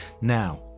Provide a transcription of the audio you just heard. Now